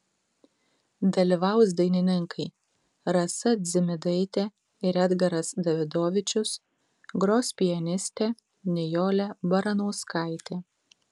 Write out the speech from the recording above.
dalyvaus dainininkai rasa dzimidaitė ir edgaras davidovičius gros pianistė nijolė baranauskaitė